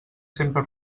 sempre